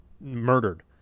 murdered